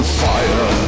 fire